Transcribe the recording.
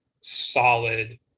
solid